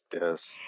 yes